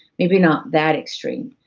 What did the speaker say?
maybe not that extreme,